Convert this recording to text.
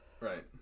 right